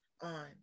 on